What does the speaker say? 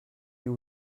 you